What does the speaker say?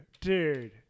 dude